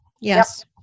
yes